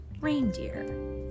reindeer